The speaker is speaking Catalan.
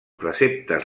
preceptes